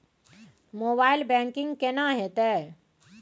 Mobile banking केना हेते?